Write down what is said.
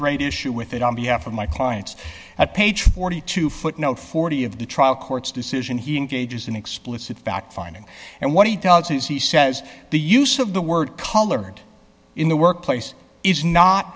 great issue with it on behalf of my clients at page forty two footnote forty of the trial court's decision he engages in explicit fact finding and what he does is he says the use of the word colored in the workplace is not